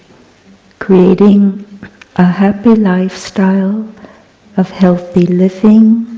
creating a happy lifestyle of healthy living,